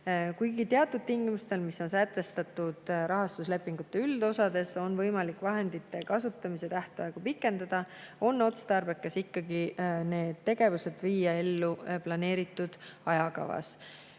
Kuigi teatud tingimustel, mis on sätestatud rahastuslepingute üldosades, on võimalik vahendite kasutamise tähtaegu pikendada, on otstarbekas ikkagi need tegevused viia ellu planeeritud ajakavas.